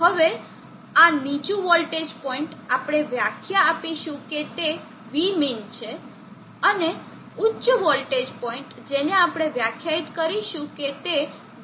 હવે આ નીચું વોલ્ટેજ પોઇન્ટ આપણે વ્યાખ્યા આપીશું કે તે Vmin છે અને ઉચ્ચ વોલ્ટેજ પોઇન્ટ જેને આપણે વ્યાખ્યાયિત કરીશું તે Vmax છે